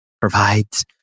provides